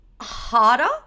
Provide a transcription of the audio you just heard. harder